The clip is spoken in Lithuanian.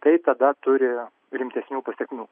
tai tada turi rimtesnių pasekmių